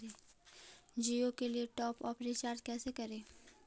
जियो के लिए top up recharge कैसे करी?